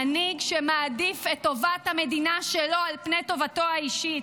מנהיג שמעדיף את טובת המדינה שלו על פני טובתו האישית.